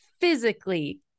physically